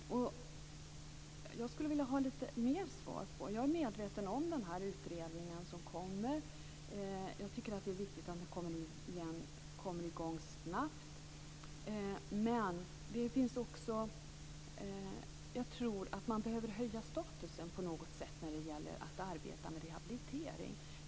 Jag skulle vilja veta lite mer. Jag är medveten om den utredning som kommer. Jag tycker att det är viktigt att den kommer i gång snabbt. Men jag tror också att man på något sätt måste höja statusen när det gäller arbetet med rehabilitering.